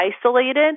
isolated